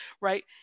right